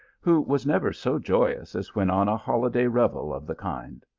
who was never so joyous as when on a holiday revel of the kind.